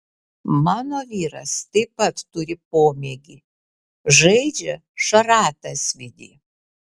mano vyras taip pat turi pomėgį žaidžia šratasvydį